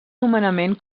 nomenament